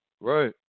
Right